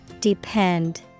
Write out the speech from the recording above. Depend